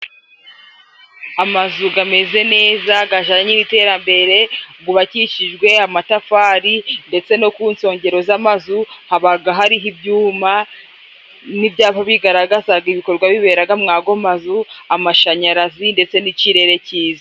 Amazu gameze neza gajanye n'iterambere gwubakishijwe amatafari ndetse no ku nsongero z'amazu habaga hariho ibyuma n'iby'aho bigaragazaga ibikorwa biberaga mu ago mazu, amashanyarazi ndetse n'ikirere cyiza.